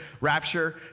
rapture